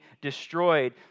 destroyed